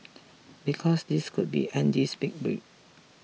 because this could be Andy's big break